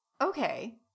Okay